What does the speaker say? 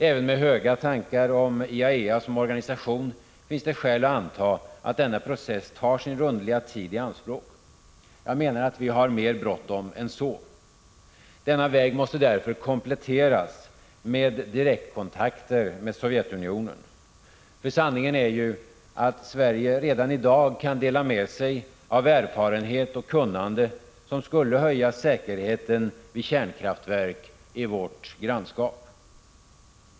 Även med höga tankar om IAEA som 12 maj 1986 organisation finns det skäl att anta att denna process tar sin rundliga tid i anspråk. Jag menar att vi har mer bråttom än så. Denna väg måste därför kompletteras med direktkontakter med Sovjetunionen. Sanningen är ju att Sverige redan i dag kan dela med sig av erfarenhet och kunnande som skulle höja säkerheten vid kärnkraftverk i vårt grannskap.